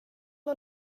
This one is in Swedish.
och